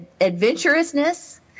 adventurousness